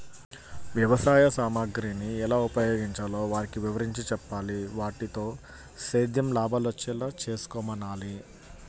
వ్యవసాయ సామగ్రిని ఎలా ఉపయోగించాలో వారికి వివరించి చెప్పాలి, వాటితో సేద్యంలో లాభాలొచ్చేలా చేసుకోమనాలి